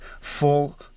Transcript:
full